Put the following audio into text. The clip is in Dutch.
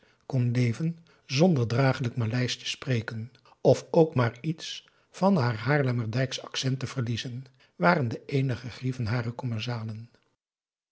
kon leven zonder draaglijk maleisch te spreken of ook maar iets van haar haarlemmerdijksch accent te verliezen waren de eenige grieven harer commensalen